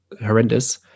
horrendous